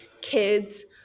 kids